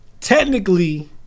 technically